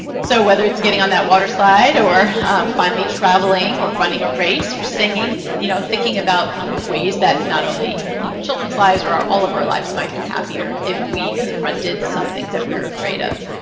so whether its getting on that water slide, or finally traveling, or running a race, or singing, you know thinking about ways that not only you know children's lives or all of our lives might be happier if we confronted some things that we are afraid of.